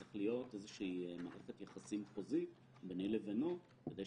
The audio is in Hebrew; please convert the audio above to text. את המשלם בריק להבין מה קרה בתווך הזה של